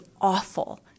awful